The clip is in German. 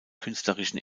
künstlerischen